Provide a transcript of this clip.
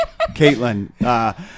Caitlin